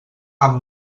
amb